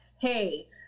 Hey